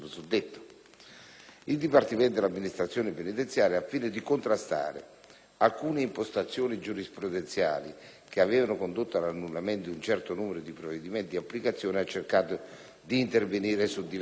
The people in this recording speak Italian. Il Dipartimento dell'amministrazione penitenziaria, al fine di contrastare alcune impostazioni giurisprudenziali che avevano condotto all'annullamento di un certo numero di provvedimenti di applicazione, ha cercato di intervenire su diverse linee.